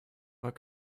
what